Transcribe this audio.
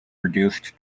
reduced